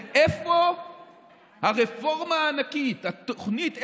ואיפה הרפורמה הענקית, התוכנית?